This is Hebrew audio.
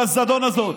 הזדון הזאת,